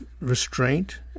restraint